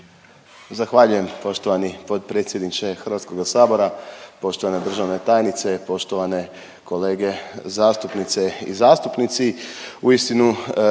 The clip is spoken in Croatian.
Zahvaljujem poštovani potpredsjedniče Hrvatskoga sabora, poštovana državna tajnice, poštovane kolege zastupnice i zastupnici.